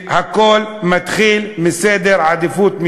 הכול מתחיל מסדר עדיפויות,